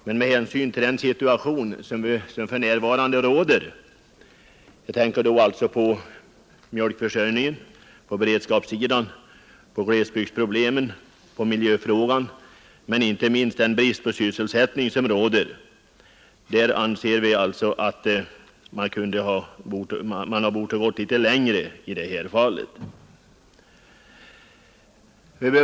Med hänsyn till den situation som för närvarande råder — jag tänker på mjölkförsäljningen, på de beredskapsmässiga aspekterna, på glesbygdsproblemen, på miljöfrågan och inte minst på den brist på sysselsättning som råder — anser vi att man borde ha gått litet längre i detta fall.